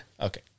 Okay